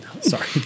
sorry